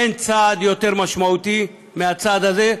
אין צעד יותר משמעותי מהצעד הזה,